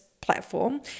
platform